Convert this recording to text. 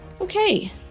Okay